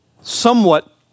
somewhat